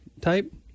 type